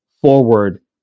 forward